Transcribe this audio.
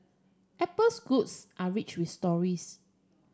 Apple's goods are rich with stories